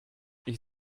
ich